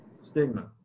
stigma